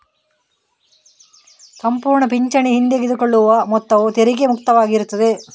ಸಂಪೂರ್ಣ ಪಿಂಚಣಿ ಹಿಂತೆಗೆದುಕೊಳ್ಳುವ ಮೊತ್ತವು ತೆರಿಗೆ ಮುಕ್ತವಾಗಿರುತ್ತದೆ